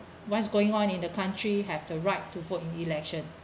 what's going on in the country have the right to vote in the election